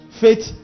Faith